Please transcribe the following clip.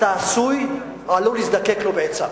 אתה עשוי, או עלול להזדקק לו בעת צרה.